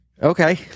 Okay